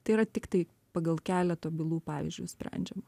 tai yra tiktai pagal keletą bylų pavyzdžiui sprendžiama